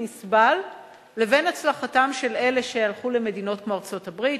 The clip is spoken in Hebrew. נסבל בין הצלחתם של אלה שהלכו למדינות כמו ארצות-הברית,